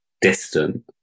distant